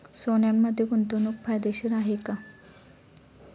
सोन्यामध्ये गुंतवणूक फायदेशीर आहे का?